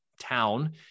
town